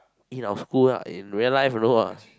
in our school lah in real life no lah